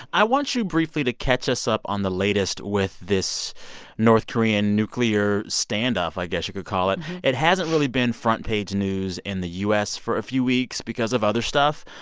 i want you, briefly, to catch us up on the latest with this north korean nuclear standoff, i guess you could call it. it hasn't really been front-page news in the u s. for a few weeks because of other stuff.